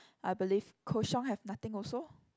I believe Koh-Xiong have nothing also